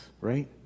right